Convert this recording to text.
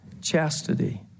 chastity